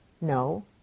No